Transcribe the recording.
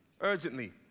urgently